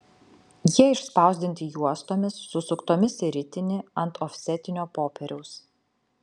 jie išspausdinti juostomis susuktomis į ritinį ant ofsetinio popieriaus